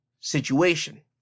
situation